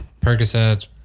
percocets